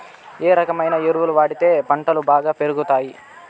ఏ రకమైన ఎరువులు వాడితే పంటలు బాగా పెరుగుతాయి?